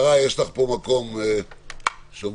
מי שקצת קורא את הצעת החוק עצמה, מבין שיש שם